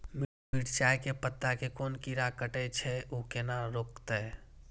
मिरचाय के पत्ता के कोन कीरा कटे छे ऊ केना रुकते?